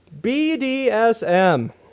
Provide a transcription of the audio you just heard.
BDSM